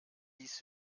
dies